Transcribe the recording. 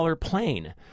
plane